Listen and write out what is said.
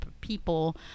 people